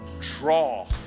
draw